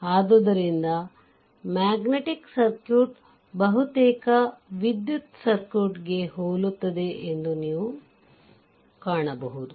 ಆದ್ದರಿಂದ magnetic circuit ಬಹುತೇಕ ವಿದ್ಯುತ್ ಸರ್ಕ್ಯೂಟ್ಗೆ ಹೋಲುತ್ತದೆ ಎಂದು ನೀವು ಕಾಣಬಹುದು